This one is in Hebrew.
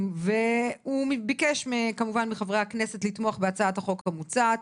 והוא ביקש כמובן מחברי הכנסת לתמוך בהצעת החוק המוצעת